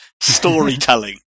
storytelling